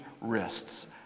wrists